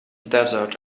desert